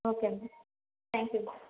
okay ma'am thank you